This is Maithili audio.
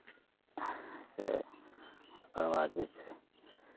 से ओकर बाद जे छै